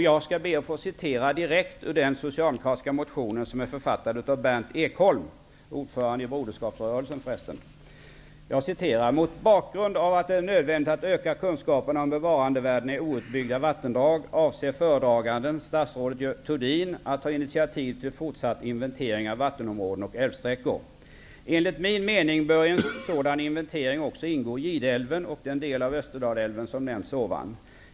Jag skall citera direkt ur den socialdemokratiska motionen, som är författad av Berndt Ekholm, ordförande i Broderskapsrörelsen: ''Mot bakgrund av att det är nödvändigt att öka kunskaperna om bevarandevärdena i outbyggda vattendrag avser föredraganden -- statsrådet Thurdin -- att ta initiativ till fortsatt inventering av vattenområden och älvsträckor. Enligt min mening bör i en sådan inventering också ingå Gideälven och den del av Österdalälven som nämnts ovan.